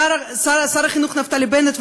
שר החינוך נפתלי בנט,